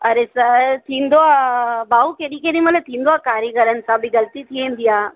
अरे सर थींदो आहे भाउ केॾी केॾी महिल थींदो आहे कारीगरनि सां बि ग़लती थी वेंदी आहे